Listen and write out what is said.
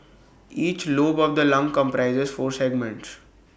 each lobe of the lung comprises four segments